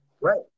Right